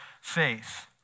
faith